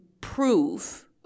prove